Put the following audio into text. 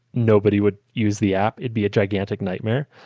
nobody would use the app. it'd be a gigantic nightmare.